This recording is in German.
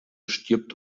stirbt